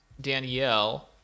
Danielle